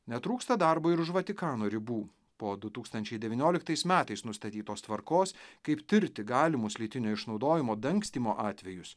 netrūksta darbo ir už vatikano ribų po du tūkstančiai devynioliktais metais nustatytos tvarkos kaip tirti galimus lytinio išnaudojimo dangstymo atvejus